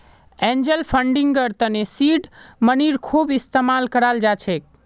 angel फंडिंगर तने seed मनीर खूब इस्तमाल कराल जा छेक